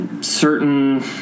certain